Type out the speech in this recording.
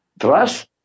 Trust